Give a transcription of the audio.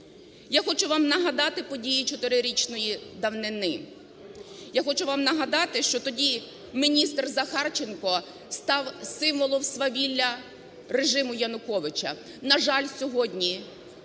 Я хочу вам нагадати події чотирирічної давнини, я хочу вам нагадати, що тоді міністр Захарченко став символом свавілля режиму Януковича, на жаль, сьогодні